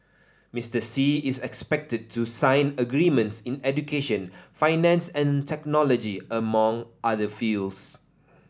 Mister Xi is expected to sign agreements in education finance and technology among other fields